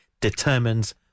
determines